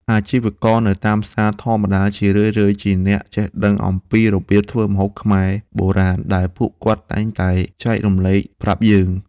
អាជីវករនៅផ្សារធម្មតាជារឿយៗជាអ្នកចេះដឹងអំពីរបៀបធ្វើម្ហូបខ្មែរបុរាណដែលពួកគាត់តែងតែចែករំលែកប្រាប់យើង។